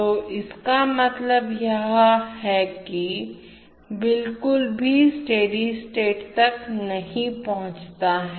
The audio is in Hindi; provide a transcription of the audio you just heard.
तो इसका मतलब है कि यह बिल्कुल भी स्टेडी स्टेट तक नहीं पहुंचता है